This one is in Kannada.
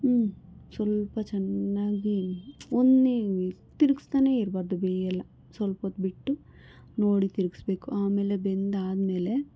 ಹ್ಞೂ ಸ್ವಲ್ಪ ಚೆನ್ನಾಗಿ ತಿರುಗ್ಸ್ತಾನೆ ಇರಬಾರ್ದು ಅದು ಬೇಯೋಲ್ಲ ಸ್ವಲ್ಪ ಹೊತ್ಬಿಟ್ಟು ನೋಡಿ ತಿರುಗಿಸಬೇಸ್ಬೇಕು ಆಮೇಲೆ ಬೆಂದಾದಮೇಲೆ